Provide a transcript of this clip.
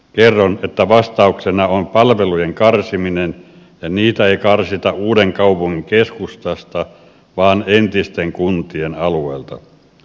kerron että vastauksena on palveluiden karsiminen ja niitä ei karsita uuden kaupungin keskustasta vaan entisten kuntien alueelta